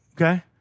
Okay